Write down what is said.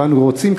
ואנו רוצים,